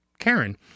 karen